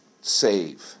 save